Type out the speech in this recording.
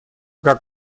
как